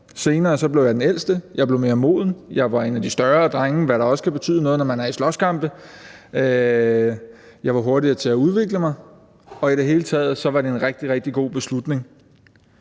Senere blev jeg den ældste. Jeg blev mere moden. Jeg var en af de større drenge, hvad der også kan betyde noget, når man er i slåskampe. Jeg var hurtigere til at udvikle mig, og i det hele taget var det en rigtig, rigtig god beslutning.